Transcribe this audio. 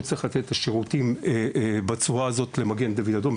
הוא צריך לתת את השירותים בצורה הזאת למגן דוד אדום,